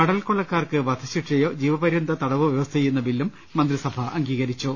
കടൽകൊള്ളക്കാർക്ക് വധശിക്ഷയോ ജീവപര്യന്ത തടവോ വൃവസ്ഥ ചെയ്യുന്ന ബില്ലും മന്ത്രിസഭ അംഗീകരിച്ചു